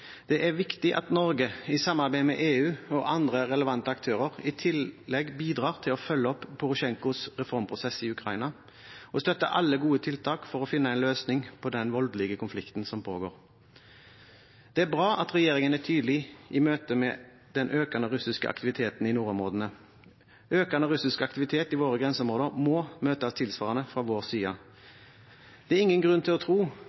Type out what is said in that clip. Det er viktig at Norge i samarbeid med EU og andre relevante aktører i tillegg bidrar til å følge opp Porosjenkos reformprosess i Ukraina og støtter alle gode tiltak for å finne en løsning på den voldelige konflikten som pågår. Det er bra at regjeringen er tydelig i møte med den økende russiske aktiviteten i nordområdene. Økende russisk aktivitet i våre grenseområder må møtes tilsvarende fra vår side. Det er ingen grunn til å tro